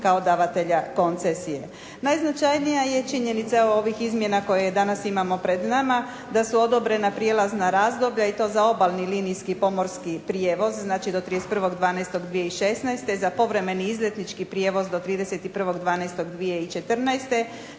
kao davatelja koncesije. Najznačajnija je činjenica ovih izmjena koje danas imamo pred nama da su odobrena prijelazna razdoblja i to za obalni linijski prijevoz, znači do 31.12.2016., za povremeni izletnički prijevoz do 31.12.2014.,